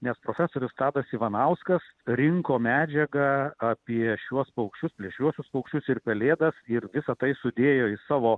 nes profesorius tadas ivanauskas rinko medžiagą apie šiuos paukščius plėšriuosius paukščius ir pelėdas ir visa tai sudėjo į savo